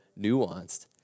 nuanced